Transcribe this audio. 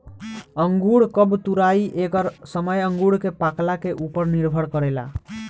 अंगूर कब तुराई एकर समय अंगूर के पाकला के उपर निर्भर करेला